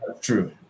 True